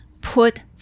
put